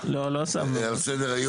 קלנסואה,